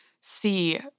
see